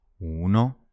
Uno